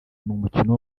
n’umukino